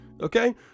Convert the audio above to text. okay